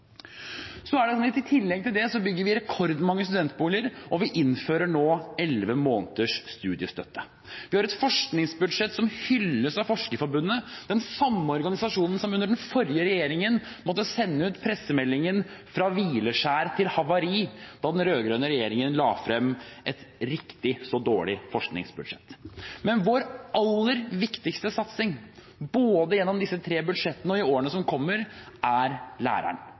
I tillegg bygger vi rekordmange studentboliger, og vi innfører nå 11 måneders studiestøtte. Vi har et forskningsbudsjett som hylles av Akademikerne, den samme organisasjonen som under den forrige regjeringen måtte sende ut pressemeldingen «Fra hvileskjær til havari» da den rød-grønne regjeringen la frem et riktig så dårlig forskningsbudsjett. Men vår aller viktigste satsing, både gjennom disse tre budsjettene og i årene som kommer, er læreren.